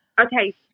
Okay